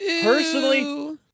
personally